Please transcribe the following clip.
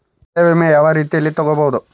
ಬೆಳೆ ವಿಮೆ ಯಾವ ರೇತಿಯಲ್ಲಿ ತಗಬಹುದು?